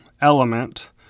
element